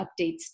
updates